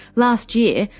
last year,